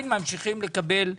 בוקר טוב.